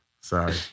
Sorry